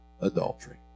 adultery